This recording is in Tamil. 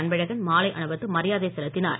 அன்பழகன் மாலை அணிவித்து மரியாதை செலுத்தினார்